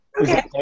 Okay